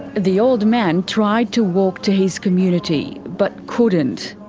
the old man tried to walk to his community, but couldn't.